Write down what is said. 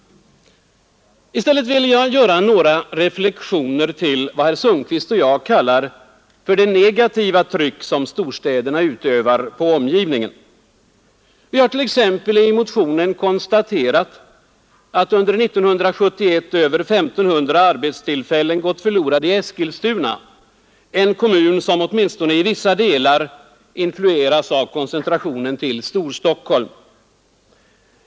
I stället vill jag göra några reflexioner till vad herr Sundkvist och jag kallar det negativa tryck som storstäderna utövar på omgivningen. I motionen har vi konstaterat, att under år 1971 över 1 500 arbetstillfällen gått förlorade i Eskilstuna, en kommun som åtminstone i vissa delar influeras av koncentrationen till Storstockholmsområdet.